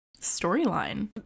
storyline